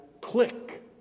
click